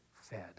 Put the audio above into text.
fed